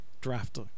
draft